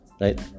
right